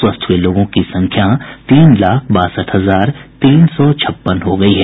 स्वस्थ हुए लोगों की संख्या तीन लाख बासठ हजार तीन सौ छप्पन हो गयी है